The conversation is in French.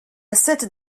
cette